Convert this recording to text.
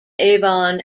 avon